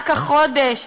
רק החודש,